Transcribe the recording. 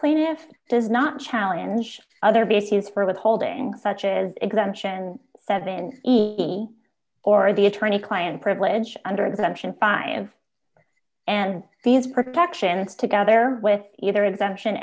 plaintiffs does not challenge other bases for withholding such as exemption seven or the attorney client privilege under the action five and these protections together with either exemption